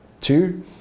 Two